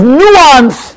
nuance